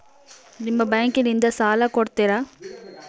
ನಿಮ್ಮ ಬ್ಯಾಂಕಿನಿಂದ ಸಾಲ ಕೊಡ್ತೇರಾ?